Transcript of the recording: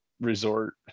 Resort